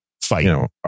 fight